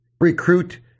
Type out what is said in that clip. recruit